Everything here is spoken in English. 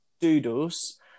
Doodles